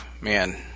man